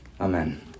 Amen